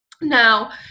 Now